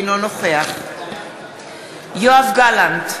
אינו נוכח יואב גלנט,